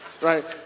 Right